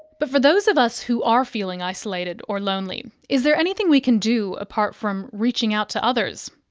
but for those of us who are feeling isolated or lonely, is there anything we can do apart from reaching out to others?